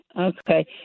Okay